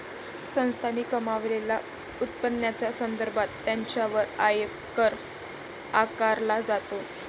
संस्थांनी कमावलेल्या उत्पन्नाच्या संदर्भात त्यांच्यावर आयकर आकारला जातो